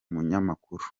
munyamakuru